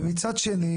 ומצד שני,